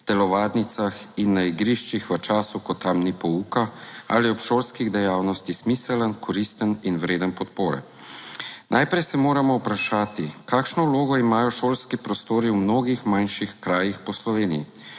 telovadnicah in na igriščih v času, ko tam ni pouka ali je ob šolskih dejavnosti smiseln, koristen in vreden podpore. Najprej se moramo vprašati, kakšno vlogo imajo šolski prostori v mnogih manjših krajih po Sloveniji.